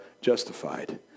justified